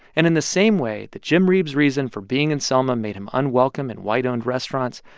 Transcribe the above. and in the same way that jim reeb's reason for being in selma made him unwelcome in white-owned restaurants,